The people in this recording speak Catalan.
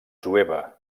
jueva